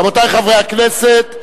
רבותי חברי הכנסת,